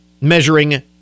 measuring